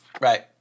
Right